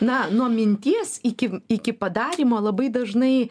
na nuo minties iki iki padarymo labai dažnai